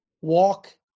walk